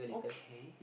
okay